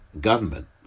government